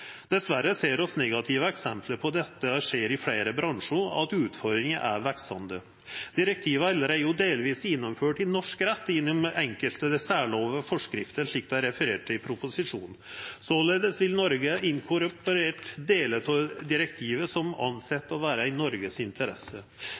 Dessverre ser vi negative eksempel på at dette skjer i fleire bransjar, og at utfordringa er veksande. Direktivet er allereie delvis gjennomført i norsk rett gjennom enkelte særlover og forskrifter, slik det er referert til i proposisjonen. Såleis har Noreg inkorporert delar av direktivet som